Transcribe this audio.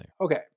Okay